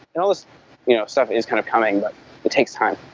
and those you know stuff is kind of coming but it takes time.